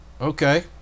Okay